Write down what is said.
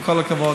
עם כל הכבוד.